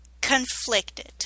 conflicted